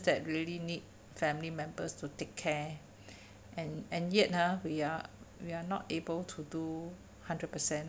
that really need family members to take care and and yet !huh! we are we are not able to do hundred percent